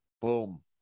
boom